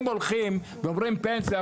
אם הולכים ואומרים פנסיה,